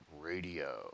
Radio